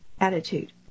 attitude